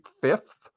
fifth